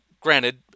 granted